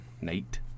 Nate